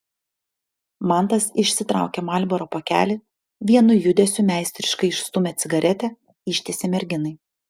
mantas išsitraukė marlboro pakelį vienu judesiu meistriškai išstūmė cigaretę ištiesė merginai